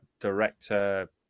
director